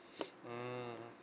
mm